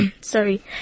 sorry